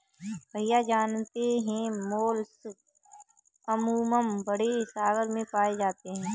भैया जानते हैं मोलस्क अमूमन बड़े सागर में पाए जाते हैं